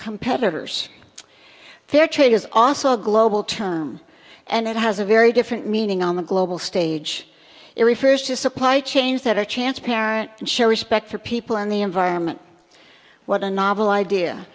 competitors fair trade is also a global term and it has a very different meaning on the global stage it refers to supply chains that are transparent and show respect for people in the environment what a novel idea